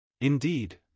Indeed